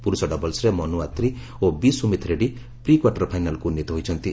ପୁରୁଷ ଡବଲ୍ସରେ ମନୁ ଆତ୍ରି ଓ ବି ସୁମିଥ୍ ରେଡ୍ଡି ପ୍ରିକ୍ଠାର୍ଟର ଫାଇନାଲ୍କୁ ଉନ୍ନୀତ ହୋଇଛନ୍ତି